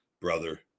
brother